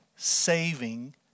saving